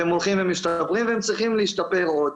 והם הולכים ומשתפרים והם צריכים להשתפר עוד.